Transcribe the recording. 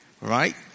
right